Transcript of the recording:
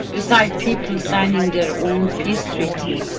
beside people signing their own peace treaty